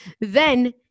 Then-